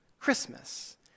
Christmas